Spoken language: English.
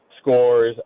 scores